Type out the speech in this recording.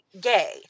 gay